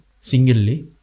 singly